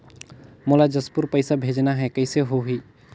मोला जशपुर पइसा भेजना हैं, कइसे होही?